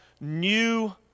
new